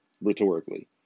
rhetorically